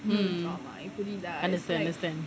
mm understand understand